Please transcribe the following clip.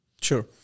Sure